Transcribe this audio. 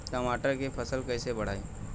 टमाटर के फ़सल कैसे बढ़ाई?